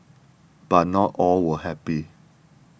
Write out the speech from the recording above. but not all were happy